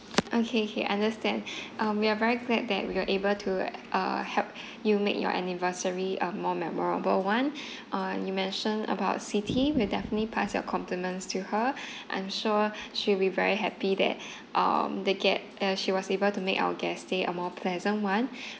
okay okay understand um we are very glad that we were able to uh help you make your anniversary a more memorable [one] uh you mentioned about siti we'll definitely pass your compliments to her I'm sure she'll be very happy that um the get~ uh she was able to make our guest's stay a more pleasant [one]